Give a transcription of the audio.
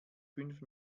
fünf